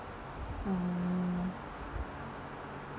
mm